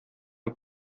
der